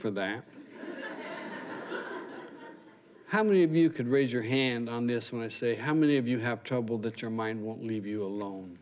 for that how many of you could raise your hand on this one i say how many of you have trouble that your mind won't leave you alone